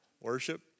Worship